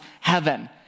heaven